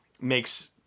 makes